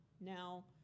Now